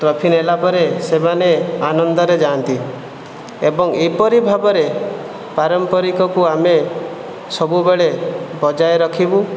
trophy ନେଲା ପରେ ସେମାନେ ଆନନ୍ଦରେ ଯାଆନ୍ତି ଏବଂ ଏପରି ଭାବରେ ପାରମ୍ପରିକକୁ ଆମେ ସବୁବେଳେ ବଜାୟ ରଖିବୁ